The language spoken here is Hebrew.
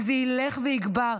וזה ילך ויגבר.